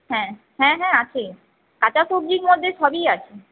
হ্যাঁ হ্য়াঁ হ্যাঁ আছে কাঁচা সবজির মধ্যে সবই আছে